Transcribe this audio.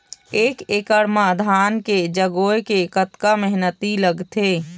एक एकड़ म धान के जगोए के कतका मेहनती लगथे?